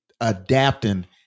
adapting